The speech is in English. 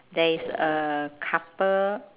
there is a couple